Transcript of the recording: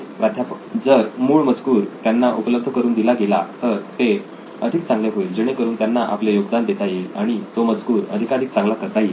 प्राध्यापक तर जर मूळ मजकूर त्यांना उपलब्ध करून दिला गेला तर ते अधिक चांगले होईल जेणेकरून त्यांना आपले योगदान देता येईल आणि तो मजकूर अधिकाधिक चांगला करता येईल